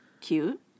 Cute